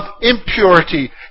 impurity